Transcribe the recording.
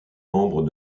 membre